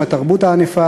התרבות הענפה,